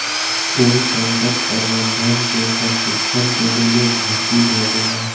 ओ संकट प्रबंधन के प्रशिक्षण केंद्र में भर्ती भ गेला